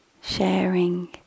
sharing